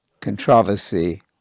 controversy